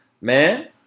Man